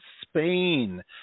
Spain